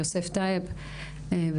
יוסף טייב בבקשה.